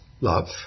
love